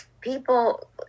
people